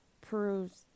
proves